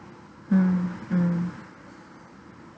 mm mm